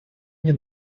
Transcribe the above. мне